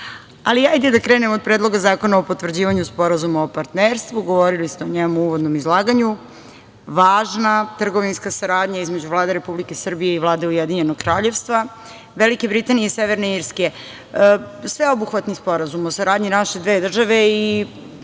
kredita. Hajde da krenem od Predloga zakona o potvrđivanju sporazuma o partnerstvu, govorili ste o njemu u uvodnom izlaganju. Važna trgovinska saradnja između Vlade Republike Srbije i Vlade Ujedinjenog Kraljevstva, Velike Britanije i Severne Irske. Sveobuhvatni sporazum o saradnji naše dve države i